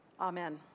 Amen